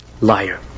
liar